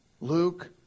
Luke